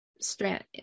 strand